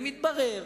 ומתברר